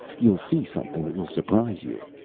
you'll see something that will surprise you.